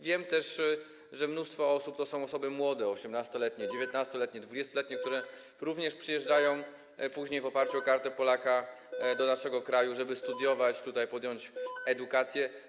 Wiem też, że mnóstwo osób to są osoby młode, 18-letnie, 19-letnie, 20-letnie, które również przyjeżdżają później w oparciu o Kartę Polaka do naszego kraju, żeby tutaj studiować, podjąć edukację.